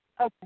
Okay